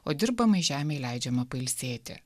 o dirbamai žemei leidžiama pailsėti